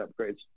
upgrades